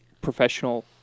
professional